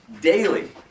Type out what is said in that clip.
daily